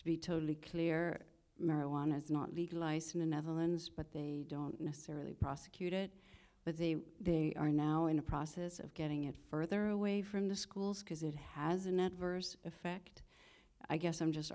to be totally clear marijuana is not legal ice in the netherlands but they don't necessarily prosecute it but they are now in the process of getting it further away from the schools because it has an adverse effect i guess i'm just